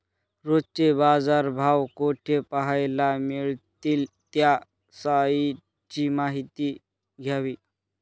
रोजचे बाजारभाव कोठे पहायला मिळतील? त्या साईटची माहिती द्यावी